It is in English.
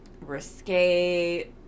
risque